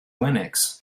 linux